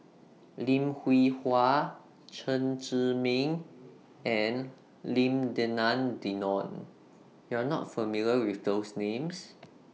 Lim Hwee Hua Chen Zhiming and Lim Denan Denon YOU Are not familiar with those Names